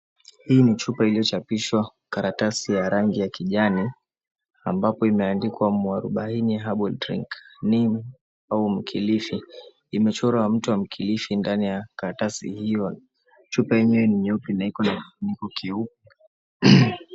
Hii ni chupa iliyo chapishwa karatasi ya rangi ya kijani ambapo imeandikwa Muarubaini Herbal Drink, Neem au Mkilifi. Imechora mti wa Mkilifi ndani ya karatasi hiyo. Chupa yenyewe ni nyupe na iko na kifuniko kiupe.